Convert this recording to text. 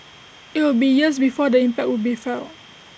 IT will be years before the impact will be felt